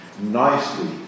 nicely